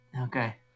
Okay